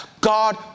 God